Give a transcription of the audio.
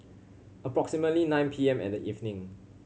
approximately nine P M in the evening